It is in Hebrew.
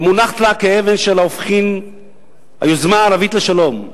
מונחת לה כאבן שאין לה הופכין היוזמה הערבית לשלום,